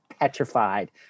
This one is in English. petrified